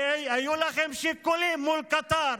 כי היו לכם שיקולים מול קטאר.